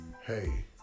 hey